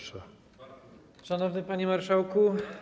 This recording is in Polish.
Szanowny Panie Marszałku!